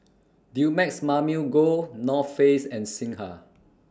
Dumex Mamil Gold North Face and Singha